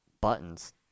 buttons